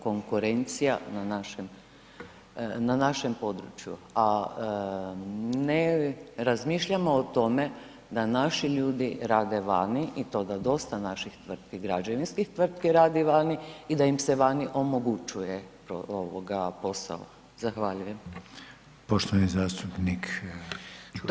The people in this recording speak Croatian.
Konkurencija na našem području, a ne razmišljamo o tome da naši ljudi rade vani i to da dosta naših tvrtki građevinskih tvrtki radi vani i da im se vani omogućuje posao.